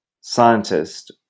scientist